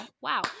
Wow